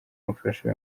umufasha